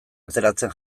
ateratzen